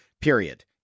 period